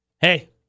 Hey